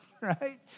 Right